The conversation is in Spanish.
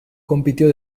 compitió